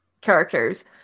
characters